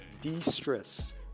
de-stress